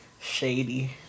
shady